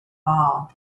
ball